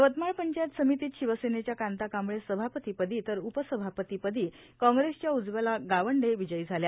यवतमाळ पंचायत समितीत शिवसेनेच्या कांता कांबळे सभापती पदी तर उपसभापती पदी कॉंग्रेसच्या उज्वला गावंडे विजयी झाल्या